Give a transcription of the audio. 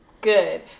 Good